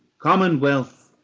commonwealth,